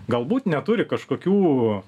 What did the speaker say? galbūt neturi kažkokių